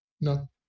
No